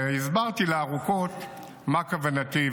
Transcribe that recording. והסברתי לה ארוכות מה כוונתי.